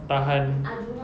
tahan